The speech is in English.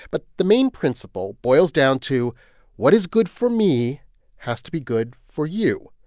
but the main principle boils down to what is good for me has to be good for you.